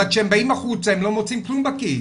אבל כשהם באים החוצה הם לא מוצאים כלום בכיס.